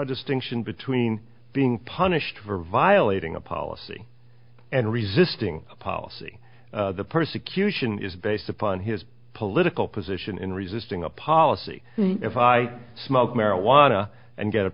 distinction between being punished for violating a policy and resisting policy persecution is based upon his political position in resisting a policy if i smoke marijuana and get